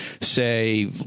say